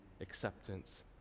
acceptance